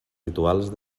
rituals